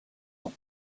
ans